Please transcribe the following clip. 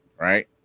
Right